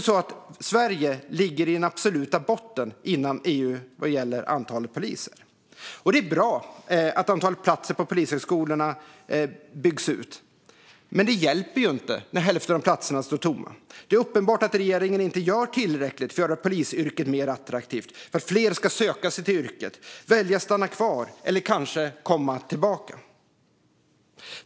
Sverige ligger i den absoluta botten inom EU vad gäller antalet poliser. Det är bra att antalet platser på polishögskolorna byggs ut, men det hjälper inte när hälften av platserna står tomma. Det är uppenbart att regeringen inte gör tillräckligt för att göra polisyrket mer attraktivt så att fler ska söka sig till yrket, välja att stanna kvar eller kanske komma tillbaka.